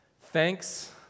Thanks